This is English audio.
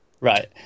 Right